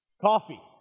coffee